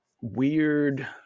weird